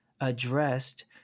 addressed